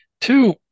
two